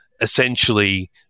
essentially